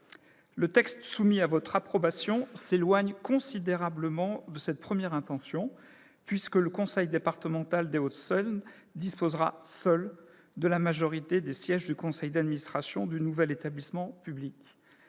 le texte soumis à notre approbation s'éloigne considérablement de cette première intention. En effet, le conseil départemental des Hauts-de-Seine disposera seul de la majorité des sièges du conseil d'administration du nouvel établissement public.